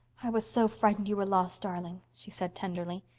i was so frightened you were lost, darling she said tenderly.